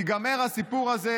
ייגמר הסיפור הזה